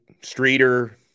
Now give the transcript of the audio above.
Streeter